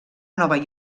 nova